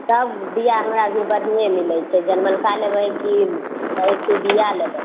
सब बिआ हमरा भिर बढ़िऑं मिलै छै जनमलका लेबै कि ऐसे बिआ लेबै